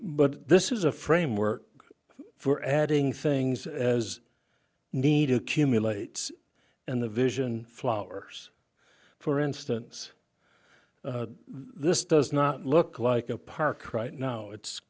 but this is a framework for adding things as need to cumulate and the vision flowers for instance this does not look like a park right now it's